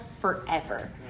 forever